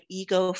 ego